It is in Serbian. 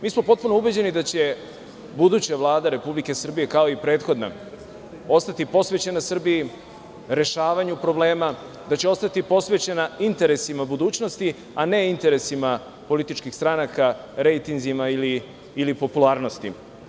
Mi smo potpuno ubeđeni da će buduća Vlada Republike Srbije, kao i prethodna, ostati posvećena Srbiji, rešavanju problema, da će ostati posvećena interesima budućnosti, a ne interesima političkih stranaka, rejtinzima ili popularnosti.